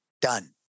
Done